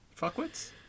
Fuckwits